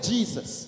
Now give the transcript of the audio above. Jesus